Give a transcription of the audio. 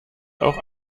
auch